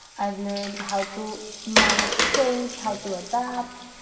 i've learned how to manage change, how to adopt,